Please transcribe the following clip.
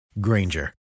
Granger